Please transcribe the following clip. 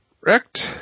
correct